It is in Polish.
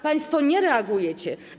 Państwo nie reagujecie.